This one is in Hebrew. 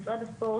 משרד הספורט,